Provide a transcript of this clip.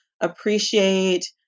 appreciate